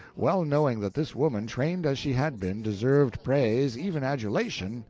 well knowing that this woman, trained as she had been, deserved praise, even adulation,